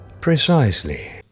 Precisely